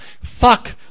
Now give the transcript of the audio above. fuck